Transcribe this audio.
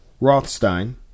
Rothstein